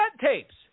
tapes